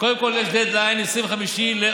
קודם כול, יש דדליין, 25 באוגוסט.